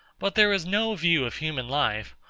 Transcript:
but there is no view of human life,